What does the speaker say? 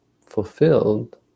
fulfilled